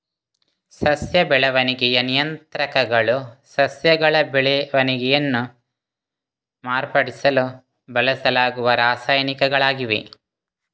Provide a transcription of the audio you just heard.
ಸಸ್ಯ ಬೆಳವಣಿಗೆಯ ನಿಯಂತ್ರಕಗಳು ಸಸ್ಯಗಳ ಬೆಳವಣಿಗೆಯನ್ನ ಮಾರ್ಪಡಿಸಲು ಬಳಸಲಾಗುವ ರಾಸಾಯನಿಕಗಳಾಗಿವೆ